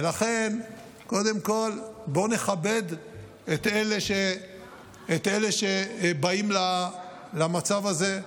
ולכן, קודם כול, בואו נכבד את אלה שבאים למצב הזה,